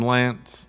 Lance